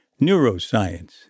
neuroscience